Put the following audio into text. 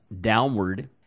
downward